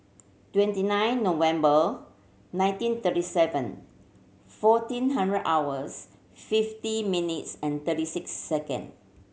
twenty nine November nineteen thirty seven fourteen hundred hours fifty minutes and thirty six second